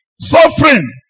suffering